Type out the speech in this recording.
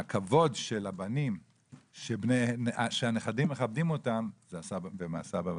הכבוד של הבנים שהנכדים מכבדים אותם זה מהסבא והסבתא.